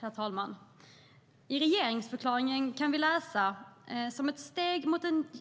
Herr talman! I regeringsförklaringen kan vi läsa: "Som ett steg